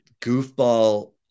goofball